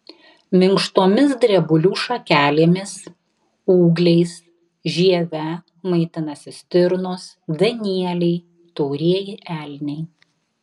minkštomis drebulių šakelėmis ūgliais žieve maitinasi stirnos danieliai taurieji elniai